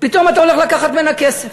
פתאום אתה הולך לקחת ממנה כסף.